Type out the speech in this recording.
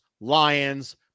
Lions